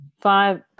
five